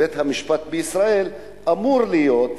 שבית-המשפט בישראל אמור להיות,